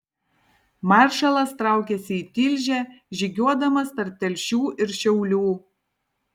maršalas traukėsi į tilžę žygiuodamas tarp telšių ir šiaulių